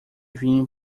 vinho